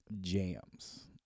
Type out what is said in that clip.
jams